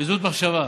בזהות מחשבה.